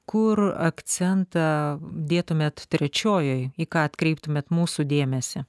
kur akcentą dėtumėt trečiojoj į ką atkreiptumėt mūsų dėmesį